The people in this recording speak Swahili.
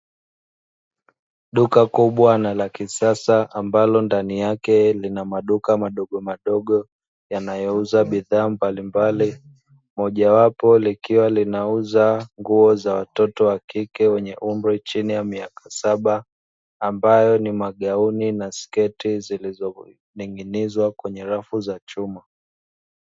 Duka kubwa na la kisasa ambalo ndani yake lina maduka madogo madogo, yanayouza bidhaa mbalimbali, mojawapo likiwa linauza nguo za watoto wa kike wenye umri chini ya miaka saba, ambayo ni magauni na sketi, zilizoning'inizwa kwenye rafu za chuma.